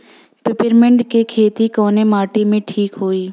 Peppermint के खेती कवने माटी पे ठीक होई?